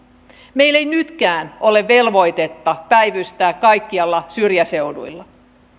meillä ei nytkään ole velvoitetta päivystää kaikkialla syrjäseuduilla